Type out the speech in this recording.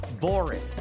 boring